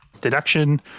deduction